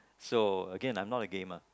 so Again I'm not a gamer